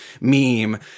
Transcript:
meme